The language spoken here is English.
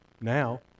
Now